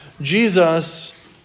Jesus